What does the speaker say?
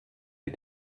die